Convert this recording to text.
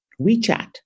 WeChat